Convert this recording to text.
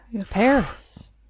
Paris